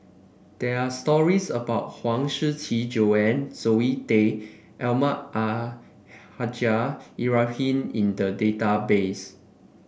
there are stories about Huang Shiqi Joan Zoe Tay Almahdi Al Haj Ibrahim in the database